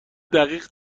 دقیق